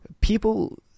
people